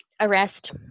arrest